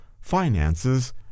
finances